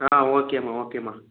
okay అమ్మ okay అమ్మ